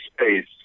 space